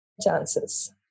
chances